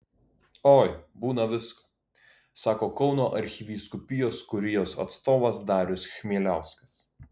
oi būna visko sako kauno arkivyskupijos kurijos atstovas darius chmieliauskas